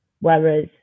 whereas